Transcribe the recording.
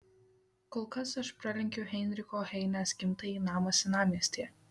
kol kas aš pralenkiu heinricho heinės gimtąjį namą senamiestyje